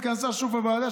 התכנסה שוב הוועדה,